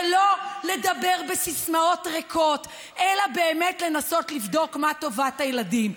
ולא לדבר בסיסמאות ריקות אלא באמת לנסות לבדוק מה טובת הילדים.